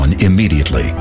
Immediately